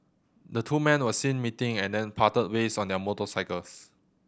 the two men were seen meeting and then parted ways on their motorcycles